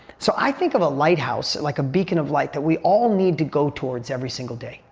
so i think of a lighthouse like a beacon of light that we all need to go towards every single day.